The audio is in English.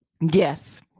Yes